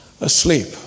asleep